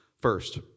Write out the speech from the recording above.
first